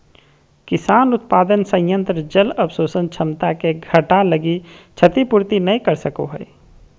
किसान उत्पादन संयंत्र जल अवशोषण क्षमता के घटा लगी क्षतिपूर्ति नैय कर सको हइ